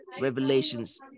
Revelations